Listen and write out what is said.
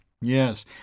Yes